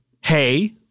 Hey